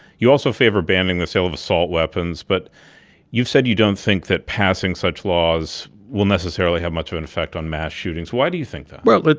you also favor banning the sale of assault weapons. but you've said you don't think that passing such laws will necessarily have much of an effect on mass shootings. why do you think that? well, but